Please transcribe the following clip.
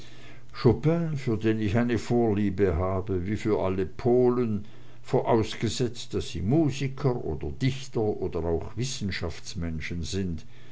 für den ich eine vorliebe habe wie für alle polen vorausgesetzt daß sie musikanten oder dichter oder auch wissenschaftsmenschen sind